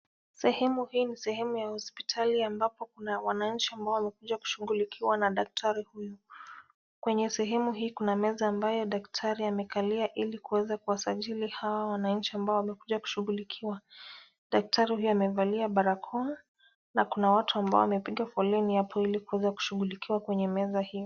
Sehemu hii ni sehemu ya hospitali ambapo kuna wananchi ambao wamekuja kushughulikiwa na daktari huyu, kwenye sehemu hii kuna meza ambayo daktari amekalia ili kuweza kuwasajili hawa wananchi ambao wamekuja kushughulikiwa, daktari huyo amevalia barakoa na kuna watu ambao wamepiga foleni hapo ili kuweza kushughulikiwa kwenye meza hiyo.